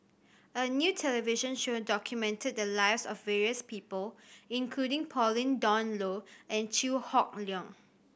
a new television show documented the lives of various people including Pauline Dawn Loh and Chew Hock Leong